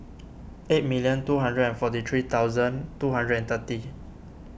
eight million two hundred and forty three thousand two hundred and thirty